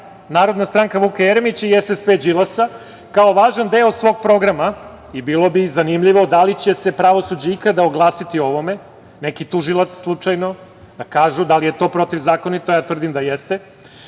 Narodna stranka Vuka Jeremića i SSP Đilasa, kao važan deo svog programa i bilo bi zanimljivo da li će se pravosuđe ikada oglasiti o ovome, neki tužilac slučajno da kažu da li je to protivzakoniti, tvrdim da jeste.